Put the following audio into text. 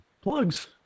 plugs